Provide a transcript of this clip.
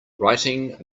writing